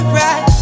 right